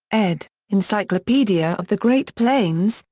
ed, encyclopedia of the great plains,